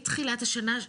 מתחילת השנה,